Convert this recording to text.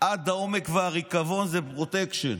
עד העומק והריקבון הוא פרוטקשן.